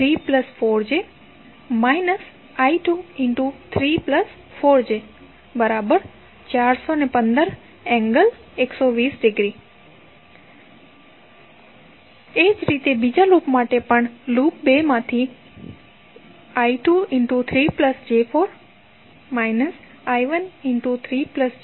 6 j8 I1 − 3 j4 I2 − 415∠120◦ 0 એ જ રીતે બીજા લૂપ માટે પણ લૂપ 2 થી I23 j4 − I13 j4 I23 j4 415∠0◦ i